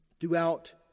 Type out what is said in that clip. throughout